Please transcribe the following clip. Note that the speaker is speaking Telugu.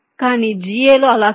కానీ GA లో అలా కాదు